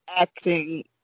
acting